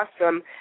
awesome